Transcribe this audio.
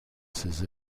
ses